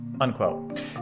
unquote